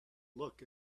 look